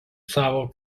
savo